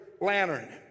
lantern